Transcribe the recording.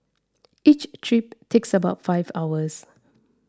each trip takes about five hours